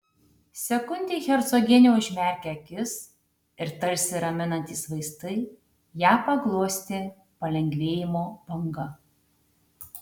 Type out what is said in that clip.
sekundei hercogienė užmerkė akis ir tarsi raminantys vaistai ją paglostė palengvėjimo banga